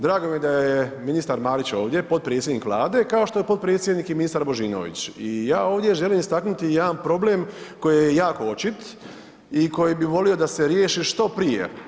Drago mi je da ministar Marić ovdje, potpredsjednik Vlade kao što je potpredsjednik i ministar Božinović i ja ovdje želim istaknuti jedan problem koji je jako očit i koji bi volio da se riješi što prije.